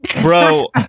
Bro